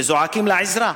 וזועקים לעזרה,